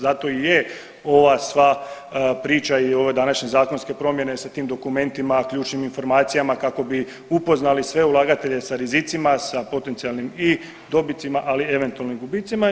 Zato i je ova sva priča i ove današnje zakonske promjene sa tim dokumentima, ključnim informacijama kako bi upoznali sve ulagatelje sa rizicima, sa potencijalnim i dobicima, ali eventualno i gubicima.